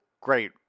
great